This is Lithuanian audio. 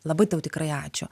labai tau tikrai ačiū